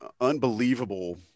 unbelievable